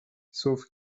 sauf